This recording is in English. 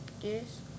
Yes